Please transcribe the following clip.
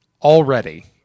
already